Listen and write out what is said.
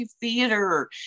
theater